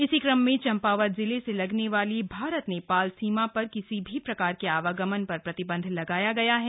इसी क्रम में चम्पावत जिले से लगने वाली भारत नेपाल सीमा पर किसी भी प्रकार के आवागमन पर प्रतिबन्ध लगाया गया है